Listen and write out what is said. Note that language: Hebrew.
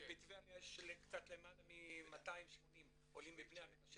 בטבריה יש קצת למעלה מ-280 עולים מבני מנשה